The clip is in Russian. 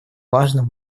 важным